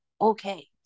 okay